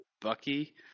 Bucky